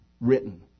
written